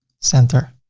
center.